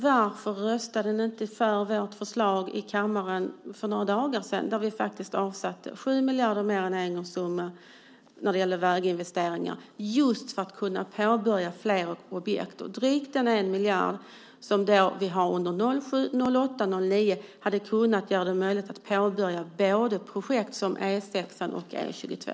Varför röstade ni i kammaren inte för vårt förslag om detta för några dagar sedan, då vi faktiskt avsatte 7 miljarder mer i en engångssumma för väginvesteringar för att just kunna påbörja flera objekt? Drygt en miljard under 2007, 2008 och 2009 hade kunnat göra det möjligt att påbörja projekt som E 6 och E 22.